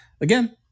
Again